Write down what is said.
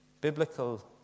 Biblical